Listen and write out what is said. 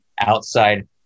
outside